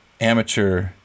amateur